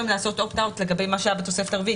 אם לעשות Opt-out לגבי מה שהיה בתוספת הרביעית.